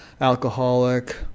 alcoholic